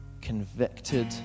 convicted